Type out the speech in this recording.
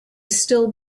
still